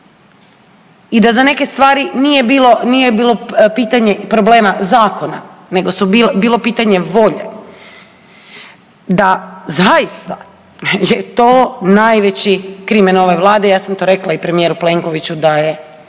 i da za neke stvari nije bilo pitanje problema zakona nego je bilo pitanje volje, da zaista je to najveći krimen ove Vlade, ja sam to rekla i premijeru Plenkoviću da je